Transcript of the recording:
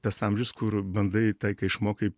tas amžius kur bandai tai ką išmokai